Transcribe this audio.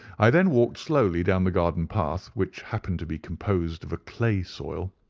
i then walked slowly down the garden path, which happened to be composed of a clay soil,